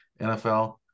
NFL